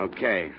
Okay